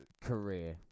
career